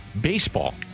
baseball